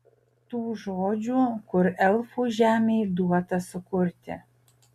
tų žodžių kur elfų žemei duota sukurti